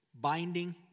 Binding